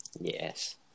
Yes